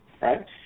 right